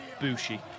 Bushi